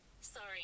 Sorry